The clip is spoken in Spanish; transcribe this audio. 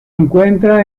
encuentra